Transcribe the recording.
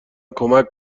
کمک